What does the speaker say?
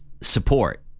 support